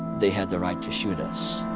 they had the right to shoot us.